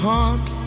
Heart